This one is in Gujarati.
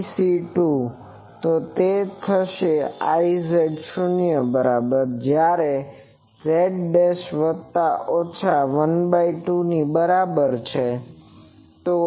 BC 2 તો તે થશે કે IZ z શૂન્ય બરાબર છે જયારે z' એ વત્તા ઓછા l2 ની બરાબર છે